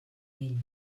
ell